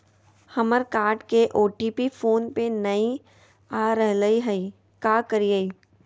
हमर कार्ड के OTP phone पे नई आ रहलई हई, का करयई?